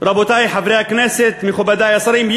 רבותי חברי הכנסת, מכובדי השרים.